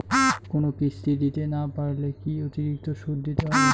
কোনো কিস্তি দিতে না পারলে কি অতিরিক্ত সুদ দিতে হবে?